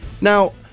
Now